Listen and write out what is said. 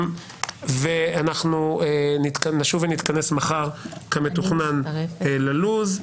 אנחנו נשוב ונתכנס מחר כמתוכנן ללו"ז.